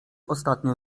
ostatnio